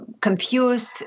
confused